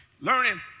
Learning